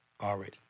already